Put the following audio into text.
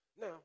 Now